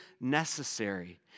necessary